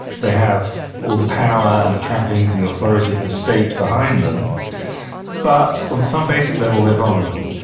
they have all the power and the trappings and the authority of the state behind them but on some basic level they are vulnerable.